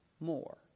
more